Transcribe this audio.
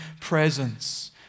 presence